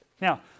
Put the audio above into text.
Now